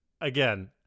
Again